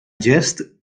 gest